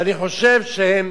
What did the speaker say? ואני חושב שהם